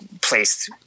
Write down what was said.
placed